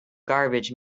garbage